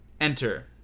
Enter